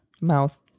mouth